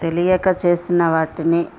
తెలియకచేసిన వాటిని